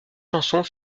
chansons